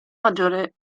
maggiore